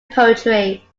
poetry